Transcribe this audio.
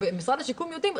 ובאגף השיקום יודעים,